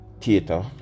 theater